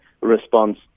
response